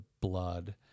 blood